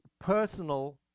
personal